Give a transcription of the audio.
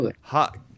hot